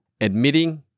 Admitting